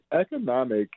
economic